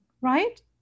right